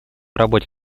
работе